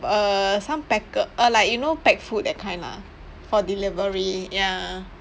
uh some packer uh like you know pack food that kind lah for delivery ya